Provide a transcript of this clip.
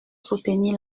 soutenir